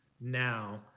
now